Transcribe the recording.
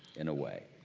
and a way.